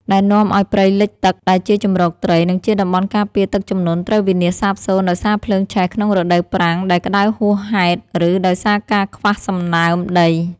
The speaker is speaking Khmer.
ដែលនាំឱ្យព្រៃលិចទឹកដែលជាជម្រកត្រី និងជាតំបន់ការពារទឹកជំនន់ត្រូវវិនាសសាបសូន្យដោយសារភ្លើងឆេះក្នុងរដូវប្រាំងដែលក្តៅហួសហេតុ ឬដោយសារការខ្វះសំណើមដី។